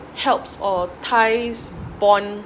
it helps or ties bond